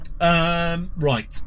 Right